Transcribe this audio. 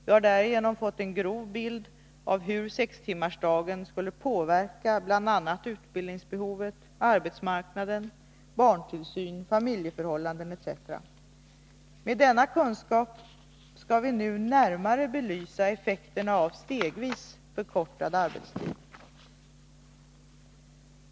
Vi har därigenom fått en grov bild av hur sextimmarsdagen skulle påverka bl.a. utbildningsbehov, arbetsmarknad, barntillsyn, familjeförhållanden, etc. Med denna kunskap skall vi nu närmare söka belysa effekterna av stegvis förkortad arbetstid.